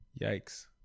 Yikes